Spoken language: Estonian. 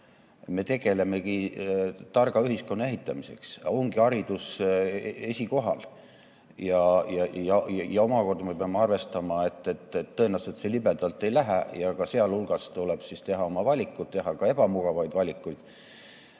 Me tegelemegi targa ühiskonna ehitamisega. Selleks ongi haridus esikohal. Omakorda peame arvestama, et tõenäoliselt see libedalt ei lähe ja sealhulgas tuleb teha oma valikuid, tuleb teha ka ebamugavaid valikuid.